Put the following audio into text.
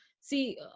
see